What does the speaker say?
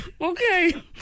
Okay